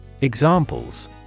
Examples